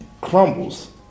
crumbles